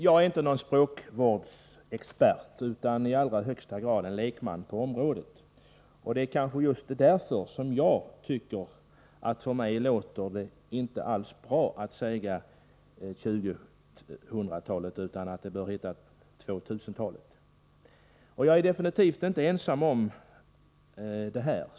Jag är inte någon språkvårdsexpert utan i allra högsta grad en lekman på området. Och det är kanske just därför som jag tycker att det inte alls låter bra att säga tjugohundratalet utan att det bör heta tvåtusentalet. Jag är definitivt inte ensam om denna uppfattning.